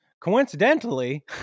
Coincidentally